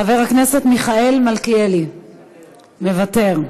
חבר הכנסת מיכאל מלכיאלי, מוותר.